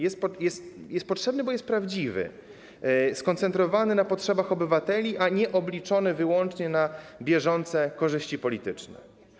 Jest potrzebny, bo jest prawdziwy, skoncentrowany na potrzebach obywateli, a nie obliczony wyłącznie na bieżące korzyści polityczne.